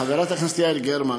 חברת הכנסת יעל גרמן,